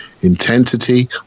intensity